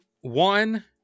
one